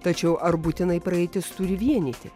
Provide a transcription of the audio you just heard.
tačiau ar būtinai praeitis turi vienyti